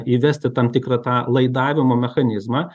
įvesti tam tikrą tą laidavimo mechanizmą